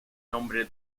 nombre